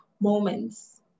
moments